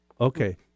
Okay